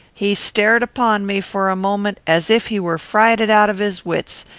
he stared upon me, for a moment, as if he were frighted out of his wits,